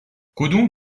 کدوم